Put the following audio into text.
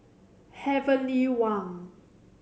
Heavenly Wang